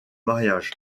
mariage